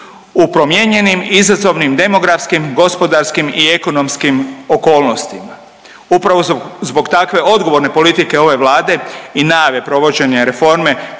u promijenjenim izazovnim demografskim, gospodarskim i ekonomskim okolnostima, upravo zbog takve odgovorne politike ove Vlade i najave provođenja reforme,